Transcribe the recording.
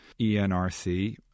ENRC